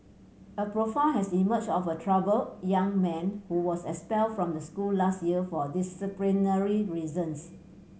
a profile has emerged of a troubled young man who was expelled from the school last year for disciplinary reasons